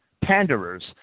panderers